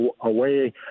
away